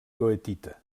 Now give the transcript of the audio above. goethita